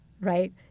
right